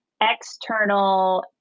external